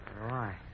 right